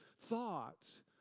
thoughts